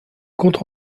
comptes